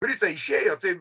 britai išėjo tai